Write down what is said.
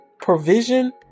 provision